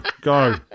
Go